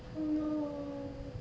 oh no